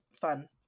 Fun